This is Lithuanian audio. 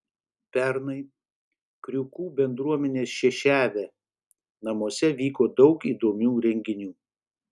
pernai kriukų bendruomenės šešėvė namuose vyko daug įdomių renginių